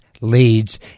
leads